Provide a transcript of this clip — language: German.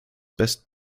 best